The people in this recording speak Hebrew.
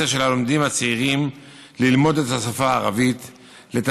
לימודים לבתי הספר היסודיים לכיתות ה'-ו'